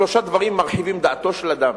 שלושה דברים מרחיבים דעתו של אדם,